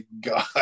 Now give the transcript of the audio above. god